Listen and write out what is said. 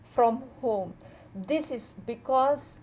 from home this is because